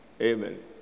Amen